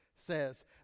says